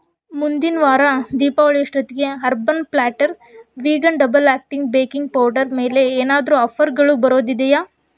ಮುಂದಿನ ವಾರ ದೀಪಾವಳಿಯಷ್ಟೊತ್ತಿಗೆ urban platter vegan double acting baking powder ಮೇಲೆ ಏನಾದರೂ ಆಫರ್ಗಳು ಬರೋದಿದೆಯಾ